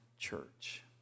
church